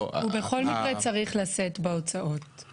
הוא בכל מקרה צריך לשאת בהוצאות,